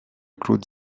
claude